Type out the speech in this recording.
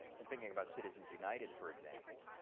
and thinking about citizens united for example,